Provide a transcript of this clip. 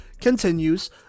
continues